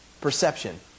Perception